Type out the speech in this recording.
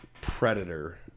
Predator